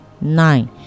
nine